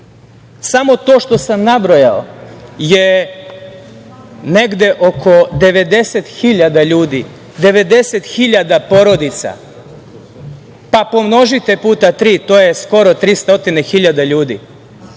Samo to što sam nabrojao je negde oko 90.000 ljudi, 90.000 porodica, pa pomnožite puta tri, to je skoro 300.000 ljudi. To